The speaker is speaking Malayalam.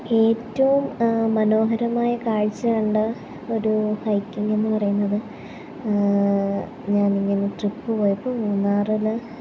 ഏറ്റവും മനോഹരമായ കാഴ്ച കണ്ട ഒരു ഹൈക്കിങ്ങെന്ന് പറയുന്നത് ഞാൻ ഇങ്ങനെ ട്രിപ്പ് പോയപ്പോൾ മൂന്നാറിൽ